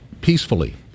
peacefully